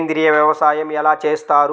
సేంద్రీయ వ్యవసాయం ఎలా చేస్తారు?